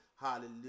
Hallelujah